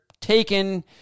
taken